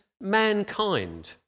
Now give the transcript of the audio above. mankind